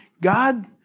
God